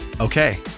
Okay